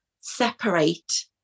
separate